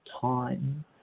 time